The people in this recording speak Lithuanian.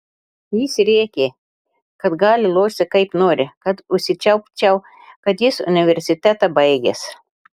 jis rėkė kad gali lošti kaip nori kad užsičiaupčiau kad jis universitetą baigęs